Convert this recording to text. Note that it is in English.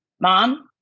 mom